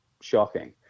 shocking